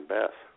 Beth